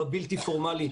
בבלתי פורמלי,